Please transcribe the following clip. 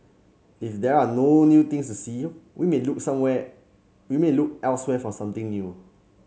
if there are no new things to see we may look somewhere we may look elsewhere for something new